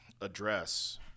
address